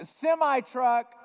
semi-truck